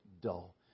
dull